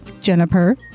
Jennifer